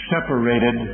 separated